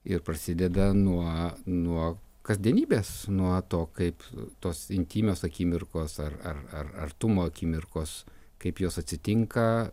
ir prasideda nuo nuo kasdienybės nuo to kaip tos intymios akimirkos ar ar ar artumo akimirkos kaip jos atsitinka